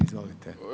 Izvolite.